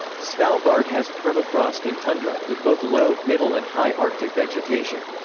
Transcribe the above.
svalbard has permafrost and tundra, with both low, middle and high arctic vegetation.